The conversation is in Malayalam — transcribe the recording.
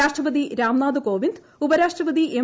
രാഷ്ട്രപതി രംനാഥ് കോവിന്ദ് ഉപരാഷ്ട്രപതി എം